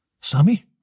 Sammy